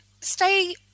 Stay